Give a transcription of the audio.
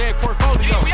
portfolio